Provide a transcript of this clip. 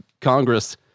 Congress